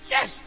Yes